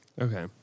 Okay